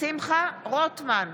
שמחה רוטמן,